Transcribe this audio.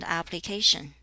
application